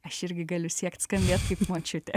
aš irgi galiu siekt skambėt kaip močiutė